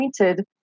pointed